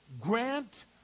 grant